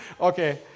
Okay